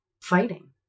fighting